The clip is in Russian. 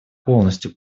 полностью